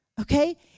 Okay